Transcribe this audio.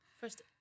First